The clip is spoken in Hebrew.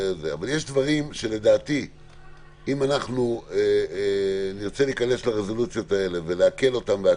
אבל יש דברים שלדעתי אם אנחנו ניכנס לרזולוציות האלה ולהקל אותם,